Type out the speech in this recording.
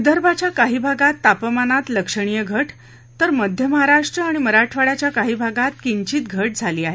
विदर्भाच्या काही भागात तापमानात लक्षणीय घट तर मध्य महाराष्ट्र आणि मराठवाड्याच्या काही भागात किचित घट झाली आहे